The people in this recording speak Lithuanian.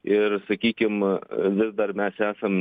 ir sakykim vis dar mes esam